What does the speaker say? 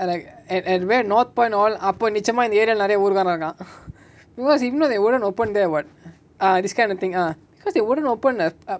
and like and and where north point all அப்ப நிச்சயமா இந்த:apa nichayama intha area lah நெரய ஊர்காரன் இருக்கா:neraya oorkaaran irukaa because if not they wouldn't open there [what] ah this kind of thing ah because they wouldn't open up